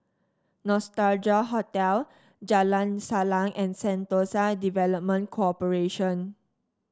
Nostalgia Hotel Jalan Salang and Sentosa Development Corporation